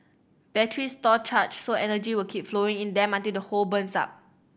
batteries store charge so energy will keep flowing in them until the whole burns up